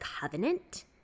covenant